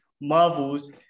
Marvel's